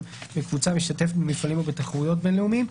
מקבוצה המשתתפת במפעלים או בתחרויות בין-לאומיים,